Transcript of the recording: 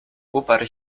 uparł